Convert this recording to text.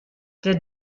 der